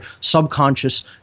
subconscious